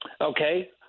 Okay